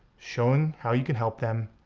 showing how you can help them,